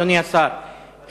אדוני השר,